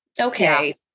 okay